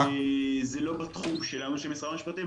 זה לא בתחום שלנו של משרד המשפטים,